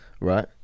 Right